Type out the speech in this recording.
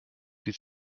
die